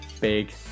big